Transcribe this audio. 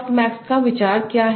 softmax का विचार क्या है